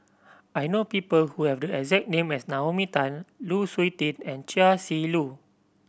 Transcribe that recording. I know people who have the exact name as Naomi Tan Lu Suitin and Chia Shi Lu